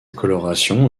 coloration